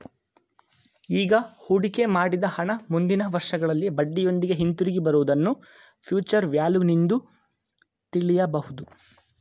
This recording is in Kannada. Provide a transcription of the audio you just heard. ಈಗ ಹೂಡಿಕೆ ಮಾಡಿದ ಹಣ ಮುಂದಿನ ವರ್ಷಗಳಲ್ಲಿ ಬಡ್ಡಿಯೊಂದಿಗೆ ಹಿಂದಿರುಗಿ ಬರುವುದನ್ನ ಫ್ಯೂಚರ್ ವ್ಯಾಲ್ಯೂ ನಿಂದು ತಿಳಿಯಬಹುದು